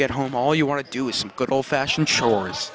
get home all you want to do is some good old fashioned chores